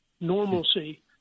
normalcy